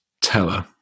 Teller